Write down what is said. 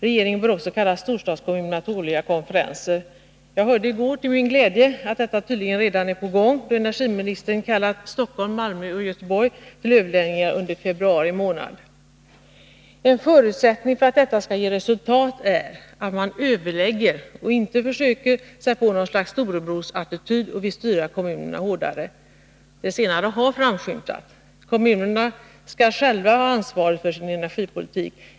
Regeringen bör också kalla storstadskommunerna till årliga konferenser. Jag hörde i går till min glädje att detta tydligen redan är på gång, då energiministern kallat Stockholm, Malmö och Göteborg till överläggningar under februari. En förutsättning för att detta skall ge resultat är att man överlägger och icke försöker sig på något slags storebrorsattityd och vill styra kommunerna hårdare. Det senare har framskymtat. Kommunerna skall själva ha ansvaret för sin energipolitik.